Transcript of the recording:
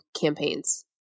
campaigns